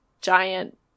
giant